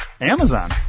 Amazon